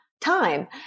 time